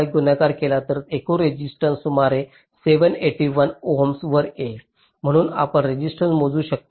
05 गुणाकार केला तर एकूण रेजिस्टन्स सुमारे 781 ओहम्स वर येईल म्हणूनच आपण रेसिस्टन्स मोजू शकता